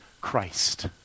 Christ